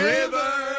River